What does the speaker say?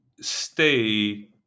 stay